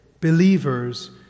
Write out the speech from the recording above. believers